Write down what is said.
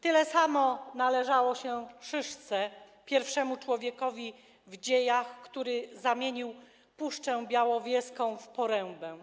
Tyle samo należało się Szyszce, pierwszemu człowiekowi w dziejach, który zamienił Puszczę Białowieską w porębę.